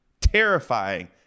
terrifying